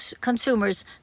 consumers